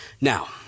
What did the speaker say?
Now